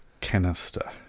canister